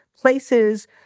places